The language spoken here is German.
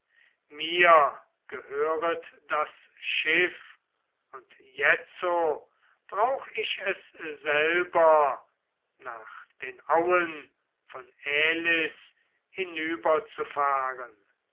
mir gehöret das schiff und jetzo brauch ich es selber nach den auen von elis